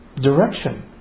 direction